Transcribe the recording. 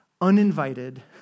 uninvited